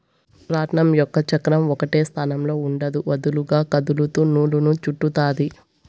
రాట్నం యొక్క చక్రం ఒకటే స్థానంలో ఉండదు, వదులుగా కదులుతూ నూలును చుట్టుతాది